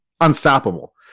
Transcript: unstoppable